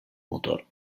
motor